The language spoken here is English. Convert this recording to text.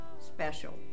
special